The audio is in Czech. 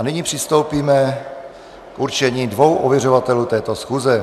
Nyní přistoupíme k určení dvou ověřovatelů této schůze.